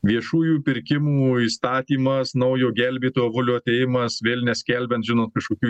viešųjų pirkimų įstatymas naujo gelbėtojo avulio atėjimas vėl neskelbiant žinot kažkokių